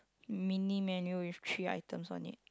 mini menu with three items on it